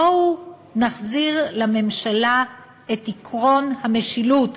בואו נחזיר לממשלה את עקרון המשילות,